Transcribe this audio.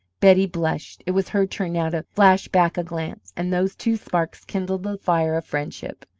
betty blushed. it was her turn now to flash back a glance and those two sparks kindled the fire of friendship.